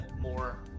more